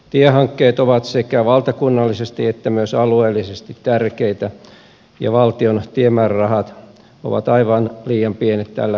tiehankkeet ovat sekä valtakunnallisesti että myös alueellisesti tärkeitä ja valtion tiemäärärahat ovat aivan liian pienet tällä hetkellä